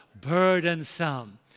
Burdensome